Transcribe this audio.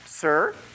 Sir